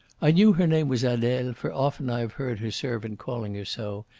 i knew her name was adele, for often i have heard her servant calling her so,